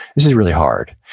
this is really hard.